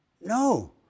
No